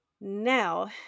Now